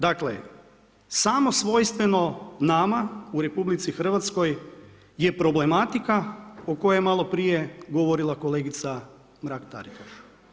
Dakle samo svojstveno nama u RH je problematika o kojoj je malo prije govorila kolegica Mrak-Taritaš.